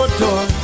door